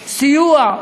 סיוע,